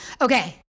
okay